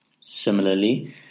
Similarly